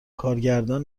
کارگردان